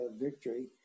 victory